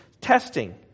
testing